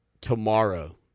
Tomorrow